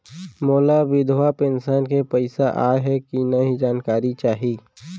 मोला विधवा पेंशन के पइसा आय हे कि नई जानकारी चाही?